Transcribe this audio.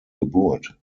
geburt